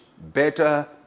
better